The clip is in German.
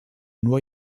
nur